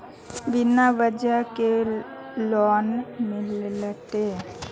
बिना ब्याज के लोन मिलते?